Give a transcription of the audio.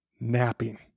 napping